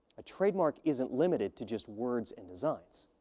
a trademark isn't limited to just words and designs.